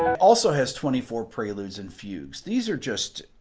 also has twenty four preludes and fugues, these are just